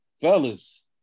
Fellas